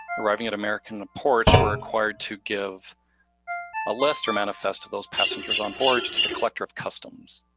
arriving at american ports were required to give a list or manifest of those passengers onboard to the collector of customs.